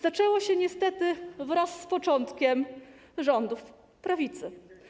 Zaczęło się niestety wraz z początkiem rządów prawicy.